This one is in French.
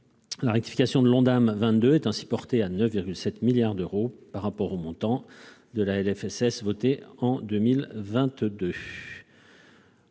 La rectification de l'Ondam 2022 est ainsi portée à 9,7 milliards d'euros par rapport au montant voté dans la LFSS pour 2022.